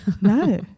no